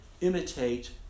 imitate